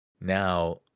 Now